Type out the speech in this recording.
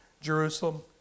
Jerusalem